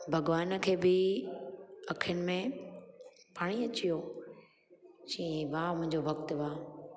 भॻवान खे बि अखियुनि में पाणी अची वियो चयई वाह मुंहिंजो भक्त वाह